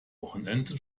wochenende